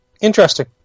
Interesting